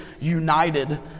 United